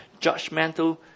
judgmental